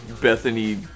Bethany